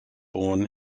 born